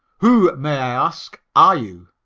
who, may i ask, are you?